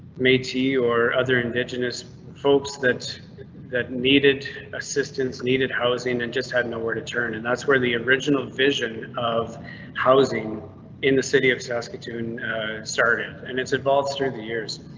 me to you or other indigenous folks that that needed assistance needed housing and and just had nowhere to turn. and that's where the original vision of housing in the city of saskatoon started. and it's evolved through the years.